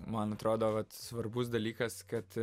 man atrodo vat svarbus dalykas kad